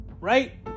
Right